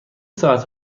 ساعت